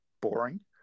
boring